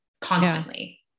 constantly